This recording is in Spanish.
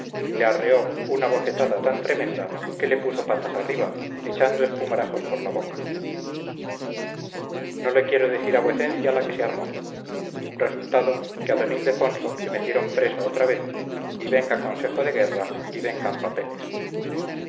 arreó una bofetada tan tremenda que le puso patas arriba echando espumarajos por la boca no le quiero decir a vuecencia la que se armó resultado que a d ildefonso le metieron preso otra vez y venga consejo de guerra y vengan papeles